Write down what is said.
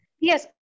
Yes